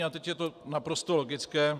A teď je to naprosto logické.